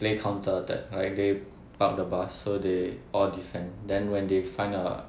play counter attack like they park the bus so they all descend then when they find a